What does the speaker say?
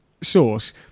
source